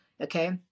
okay